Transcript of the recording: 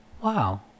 wow